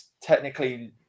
Technically